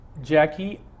Jackie